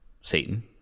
Satan